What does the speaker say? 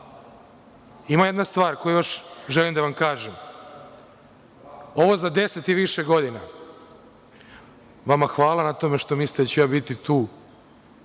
jedna stvar koju želim da vam kažem, ovo za deset i više godina, vama hvala na tome što vi mislite da ću ja biti tu